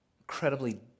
incredibly